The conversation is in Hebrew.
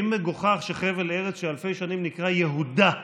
האם מגוחך שחבל ארץ שאלפי שנים נקרא "יהודה"